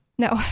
No